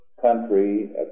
country